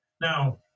Now